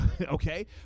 okay